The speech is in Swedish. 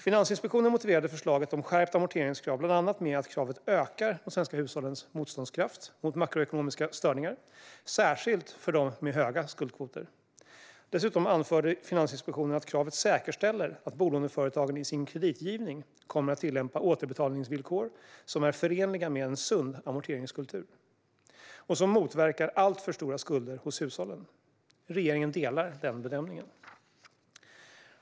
Finansinspektionen motiverade förslaget om skärpt amorteringskrav bland annat med att kravet ökar de svenska hushållens motståndskraft mot makroekonomiska störningar, särskilt för dem med höga skuldkvoter. Dessutom anförde Finansinspektionen att kravet säkerställer att bolåneföretagen i sin kreditgivning kommer att tillämpa återbetalningsvillkor som är förenliga med en sund amorteringskultur och som motverkar alltför stora skulder hos hushållen. Regeringen delar denna bedömning.